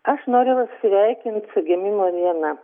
aš noriu va sveikint su gimimo diena